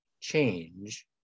change